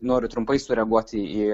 noriu trumpai sureaguoti į